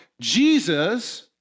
Jesus